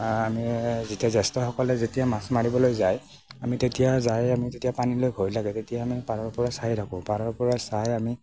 আমি যেতিয়া জ্যেষ্ঠসকলে যেতিয়া মাছ মাৰিবলৈ যায় আমি তেতিয়া যায় আমি তেতিয়া পানীলৈ ভয় লাগে তেতিয়া আমি পাৰৰ পৰা চায়ে থাকোঁ পাৰৰ পৰা চাই আমি